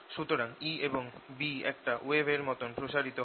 সুতরাং E এবং B একটা ওয়েভ এর মতন প্রসারিত হয়